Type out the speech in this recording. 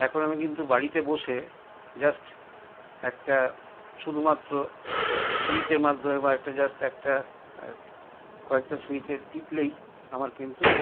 এখন আমি কিন্তু বাড়িতে বসে জাস্ট একটা শুধুমাত্র সুইচ এর মাধ্যমে বা একটা জাস্ট একটা কয়েকটা সুইচ টিপলেই আমার কিন্তু